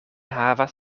havas